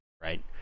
right